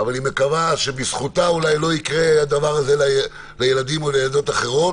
מקווה שבזכותה אולי לא יקרה הדבר הזה לילדים או לילדות אחרות.